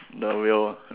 the real